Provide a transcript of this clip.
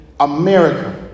America